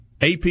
AP